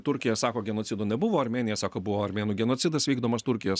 turkija sako genocido nebuvo armėnija sako buvo armėnų genocidas vykdomas turkijos